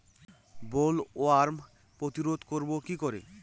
Bollworm প্রতিরোধ করব কি করে?